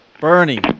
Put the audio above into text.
Bernie